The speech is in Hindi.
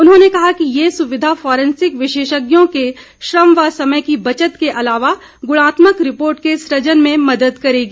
उन्होंने कहा कि ये सुविधा फॉरेंसिक विशेषज्ञों के श्रम व समय की बचत के अलावा गुणात्मक रिपोर्ट के सुजन में मदद करेगी